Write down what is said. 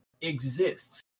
exists